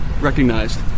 recognized